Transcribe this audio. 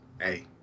Hey